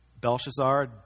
Belshazzar